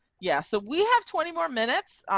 yeah, so we have twenty more minutes.